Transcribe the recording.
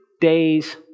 days